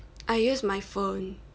I use my phone